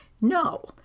No